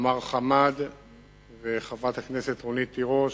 חמד עמאר וחברת הכנסת רונית תירוש,